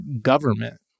government